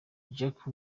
jack